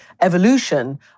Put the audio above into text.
evolution